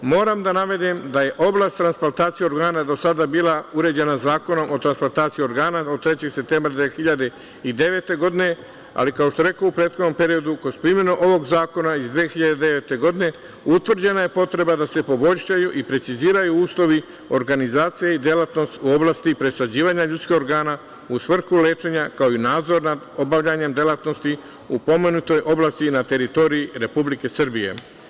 Moram da navedem da je oblast transplantacije organa do sada bila uređena Zakonom o transplantaciji organa, od 3. septembra 2009. godine, ali kao što rekoh, u prethodnom periodu, kroz primenu ovog zakona iz 2009. godine, utvrđena je potreba da se poboljšaju i preciziraju uslovi organizacije i delatnost u oblasti presađivanja ljudskih organa u svrhu lečenja, kao i nadzor nad obavljanjem delatnosti u pomenutoj oblasti i na teritoriji Republike Srbije.